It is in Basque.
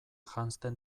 janzten